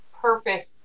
purpose